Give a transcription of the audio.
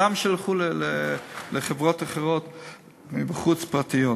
למה שילכו לחברות אחרות מבחוץ, פרטיות?